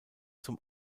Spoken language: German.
zum